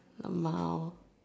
lmao